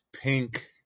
pink